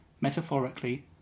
metaphorically